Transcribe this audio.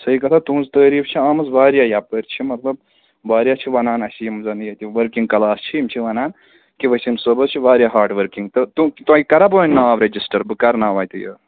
صحیح کَتھا تُہٕنٛز تٲریٖف چھِ آمٕژ واریاہ یَپٲرۍ چھِ مطلب واریاہ چھِ وَنان اَسہِ یِم زَن ییٚتہِ ؤرکِنٛگ کَلاس چھِ یِم چھِ وَنان کہِ ؤسیٖم صٲب حظ چھُ واریاہ ہارڈ ؤرکِنٛگ تہٕ تۄہہِ کَرہا بہٕ وۅنۍ ناو رجِسٹَر بہٕ کَرناوِ اَتہِ یہِ